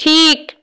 ঠিক